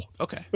Okay